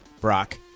Brock